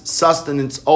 sustenance